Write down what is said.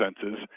senses